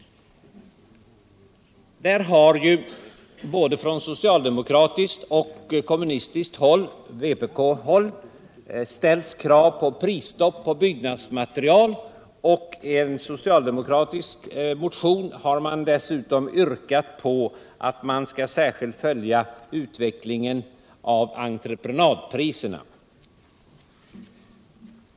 Där har ju från socialdemokratiskt håll och från vpk-håll ställts krav på prisstopp på byggnadsmaterial, och i en socialdemokratisk motion har man dessutom yrkat på att utvecklingen av entreprenadpriserna särskilt skall följas.